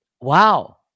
Wow